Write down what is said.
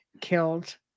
killed